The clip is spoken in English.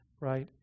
right